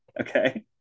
Okay